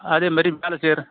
அதே மாரி வேலை செய்கிற